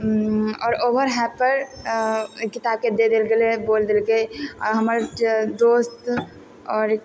आओर over hyped किताबके दए देल गेलय बोइल देलकइ हमर जे दोस्त और